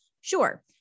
Sure